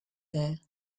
there